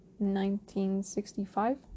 1965